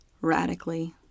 radically